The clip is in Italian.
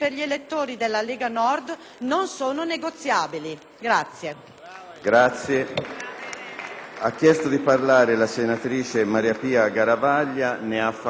negoziabili.